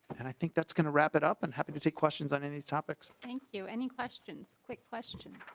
and i think that's going to wrap it up and happy to take questions on and these topics. thank you any questions quick question.